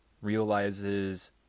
realizes